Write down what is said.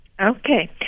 Okay